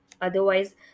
Otherwise